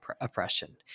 oppression